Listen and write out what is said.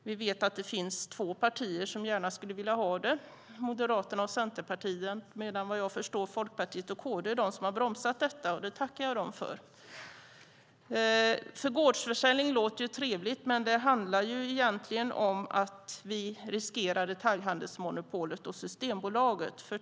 Vi vet att det finns två partier som gärna skulle vilja ha gårdsförsäljning, Moderaterna och Centerpartiet. Medan jag förstår att Folkpartiet och KD är de som har bromsat detta. Det tackar jag dem för. Gårdsförsäljning låter ju trevligt, men det handlar egentligen om att vi riskerar detaljhandelsmonopolet och Systembolaget.